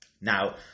Now